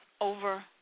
Over